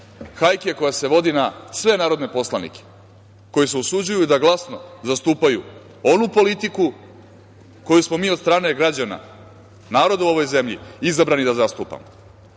Hajka koja se vodi na sve narodne poslanike koji se usuđuju da glasno zastupaju onu politiku koju smo mi od strane građana, naroda u ovoj zemlji, izabrani da zastupamo. Ukoliko